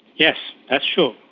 yes, that's true,